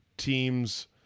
teams